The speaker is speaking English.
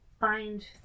find